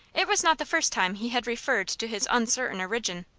it was not the first time he had referred to his uncertain origin.